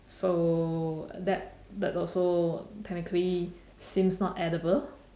so that that also technically seems not edible